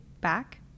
back